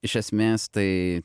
iš esmės tai